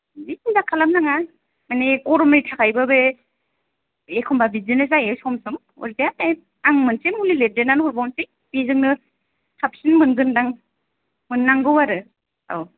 बे सिन्था खालामनाङा माने गरमै थायोबाबो एखम्बा बिदिनो जायो सम सम अरजाया आं मोनसे मुलि लिरदेरनानै हरबावसै बेजोंनो साबसिन मोनगोन दां मोननांगौ आरो औ